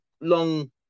long